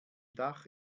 dach